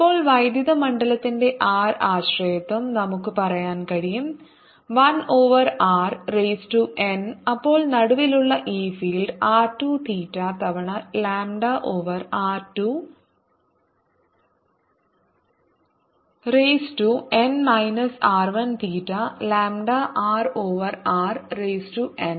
ഇപ്പോൾ വൈദ്യുത മണ്ഡലത്തിന്റെ r ആശ്രയത്വം നമുക്ക് പറയാൻ കഴിയും 1 over r raise to n അപ്പോൾ നടുവിലുള്ള ഈ ഫീൽഡ് r 2 തീറ്റ തവണ lambda over r 2 raise to n minus r 1 theta lambda r over r raise to n